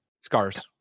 scars